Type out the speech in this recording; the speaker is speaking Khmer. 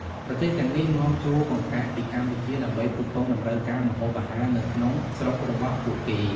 ប្រទេសទាំងនេះនាំចូលកង្កែបពីកម្ពុជាដើម្បីផ្គត់ផ្គង់តម្រូវការម្ហូបអាហារនៅក្នុងស្រុករបស់ពួកគេ។